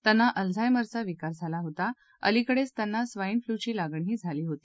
त्यांना अल्झायमरचा विकार झाला होता अलिकडेच त्यांना स्वाईन फ्लूची लागणही झाली होती